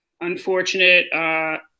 unfortunate